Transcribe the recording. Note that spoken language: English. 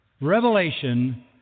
revelation